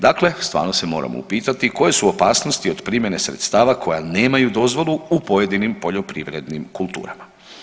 Dakle, stvarno se moramo upitati koje su opasnosti od primjene sredstava koja nemaju dozvolu u pojedinim poljoprivrednim kulturama.